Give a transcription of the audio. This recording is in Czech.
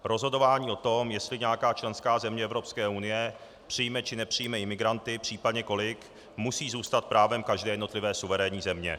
Rozhodování o tom, jestli nějaká členská země Evropské unie přijme, či nepřijme imigranty, případně kolik, musí zůstat právem každé jednotlivé suverénní země.